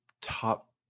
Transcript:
top